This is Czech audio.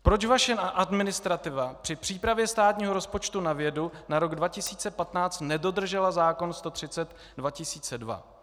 Proč vaše administrativa při přípravě státního rozpočtu na vědu na rok 2015 nedodržela zákon 130/2002?